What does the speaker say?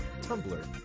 Tumblr